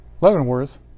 Leavenworth